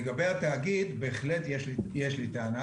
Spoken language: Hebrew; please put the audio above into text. לגבי התאגיד, בהחלט יש לי טענה.